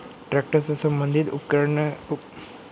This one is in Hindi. ट्रैक्टर से संबंधित उपकरण के लिए ऋण कैसे मिलता है?